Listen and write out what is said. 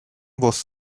was